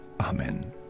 Amen